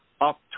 up